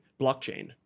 blockchain